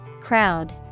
Crowd